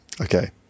Okay